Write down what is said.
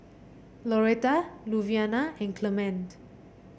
Loretta Luvinia and Clement